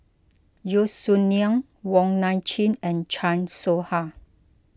Yeo Song Nian Wong Nai Chin and Chan Soh Ha